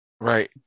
right